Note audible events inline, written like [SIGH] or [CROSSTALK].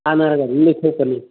ꯍꯥꯟꯅ [UNINTELLIGIBLE]